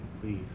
please